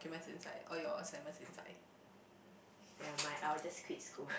okay mine is inside all your assignments inside